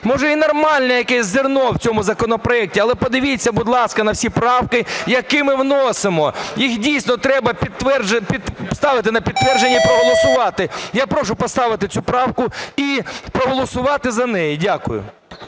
Може, і нормальне якесь зерно в цьому законопроекті, але подивіться, будь ласка, на всі правки, які ми вносимо. Їх, дійсно, треба ставити на підтвердження і проголосувати. Я прошу поставити цю правку і проголосувати за неї. Дякую.